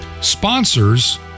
sponsors